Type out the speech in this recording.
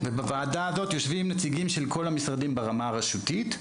בוועדה הזאת יושבים נציגים של כל המשרדים ברמה הרשותית,